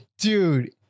Dude